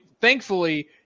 thankfully